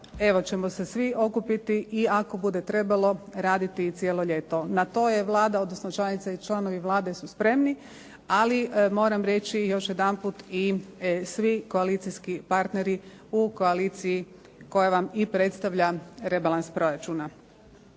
evo ćemo se svi okupiti i ako bude trebalo raditi cijelo ljeto. Na to je Vlada odnosno članice i članovi Vlade su spremni, ali moram reći i još jedanput i svi koalicijski partneri u koaliciji koja vam i predstavlja rebalans proračuna.